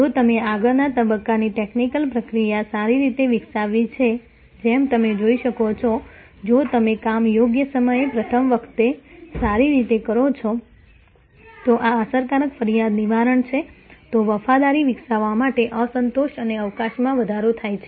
જો તમે પાછળના તબક્કાની ટેકનિકલ પ્રક્રિયા સારી રીતે વિકસાવી છે જેમ તમે જોઈ શકો છો જો તમે કામ યોગ્ય સમયે પ્રથમ વખત સારી રીતે કરો છો તો આ અસરકારક ફરિયાદ નિવારણ છે તો વફાદારી વિકસાવવા માટે સંતોષ અને અવકાશમાં વધારો થાય છે